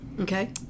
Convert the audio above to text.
okay